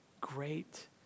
Great